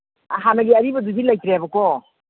ꯍꯥꯟꯅꯒꯤ ꯑꯔꯤꯕꯗꯨꯗꯤ ꯂꯩꯇ꯭ꯔꯦꯕꯀꯣ